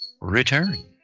Return